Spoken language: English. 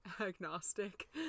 agnostic